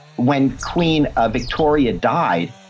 when queen ah victoria died,